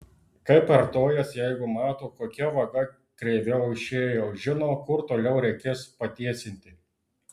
kaip artojas jeigu mato kokia vaga kreiviau išėjo žino kur toliau reikės patiesinti